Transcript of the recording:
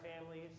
families